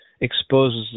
exposes